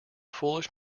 foolish